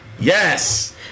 Yes